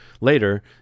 later